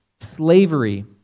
slavery